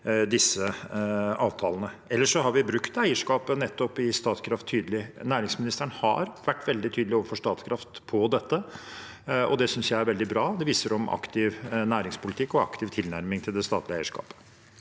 disse avtalene. Vi har ellers brukt eierskapet i nettopp Statkraft tydelig. Næringsministeren har vært veldig tydelig overfor Statkraft på dette, og det synes jeg er veldig bra. Det vitner om aktiv næringspolitikk og aktiv tilnærming til det statlige eierskapet.